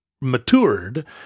matured